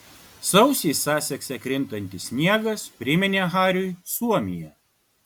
sausį sasekse krintantis sniegas priminė hariui suomiją